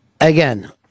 Again